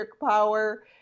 power